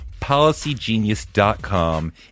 PolicyGenius.com